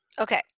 Okay